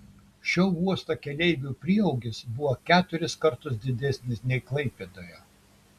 šio uosto keleivių prieaugis buvo keturis kartus didesnis nei klaipėdoje